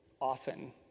often